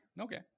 Okay